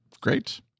great